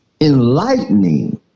enlightening